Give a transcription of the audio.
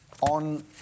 On